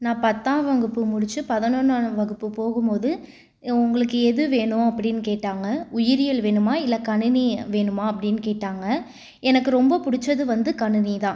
நான் பத்தாம் வகுப்பு முடித்து பதினொன்றாம் வகுப்பு போகும் போது உங்களுக்கு எது வேணும் அப்படினு கேட்டாங்கள் உயிரியல் வேணுமா இல்லை கணினி வேணுமா அப்படினு கேட்டாங்க எனக்கு ரொம்ப பிடிச்சது வந்து கணினி தான்